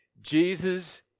Jesus